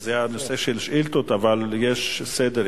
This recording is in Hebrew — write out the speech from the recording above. זה הנושא של השאילתות, אבל יש סדר.